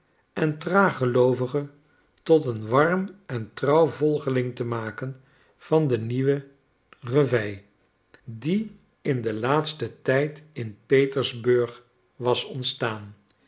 en traag geloovige tot een warm en getrouw volgeling te maken van de nieuwe reveil die in den laatsten tijd in petersburg was ontstaan